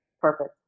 Perfect